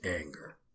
anger